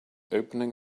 opening